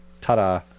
ta-da